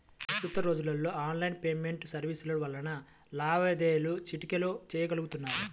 ప్రస్తుత రోజుల్లో online payment సర్వీసుల వల్ల లావాదేవీలు చిటికెలో చెయ్యగలుతున్నారు